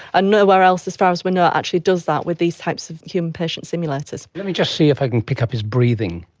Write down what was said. ah nowhere else, as far as we know, actually does that with these types of human patient simulators. let me just see if i can pick up his breathing,